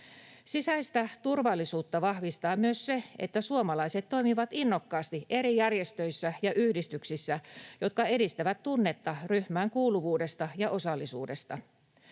Sisäistä turvallisuutta vahvistaa myös se, että suomalaiset toimivat innokkaasti eri järjestöissä ja yhdistyksissä, jotka edistävät tunnetta ryhmään kuuluvuudesta ja osallisuudesta.